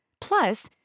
Plus